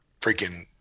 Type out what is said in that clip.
freaking